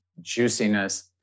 juiciness